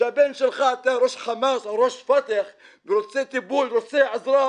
אתה ראש חמאס או ראש פת"ח ורוצה טיפול, רוצה עזרה